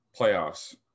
playoffs